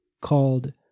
called